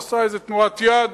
הוא עשה איזה תנועת יד,